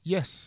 Yes